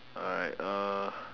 alright uh